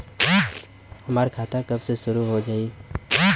हमार खाता कब से शूरू हो जाई?